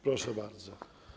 Proszę bardzo.